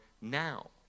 now